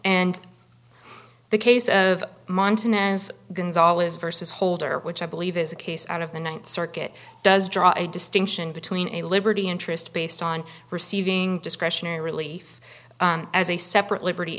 and the case of montanus gonzalez versus holder which i believe is a case out of the th circuit does draw a distinction between a liberty interest based on receiving discretionary relief as a separate liberty